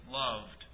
loved